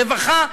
רווחה,